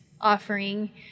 offering